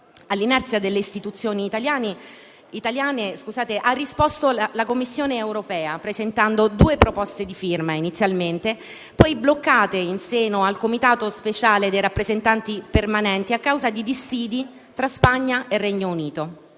All'inerzia delle istituzioni italiane ha risposto la Commissione europea, presentando inizialmente due proposte di firma poi bloccate in seno al Comitato speciale dei rappresentanti permanenti, a causa di dissidi tra Spagna e Regno Unito.